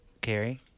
Carrie